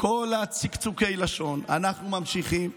כל צקצוקי הלשון אנחנו ממשיכים.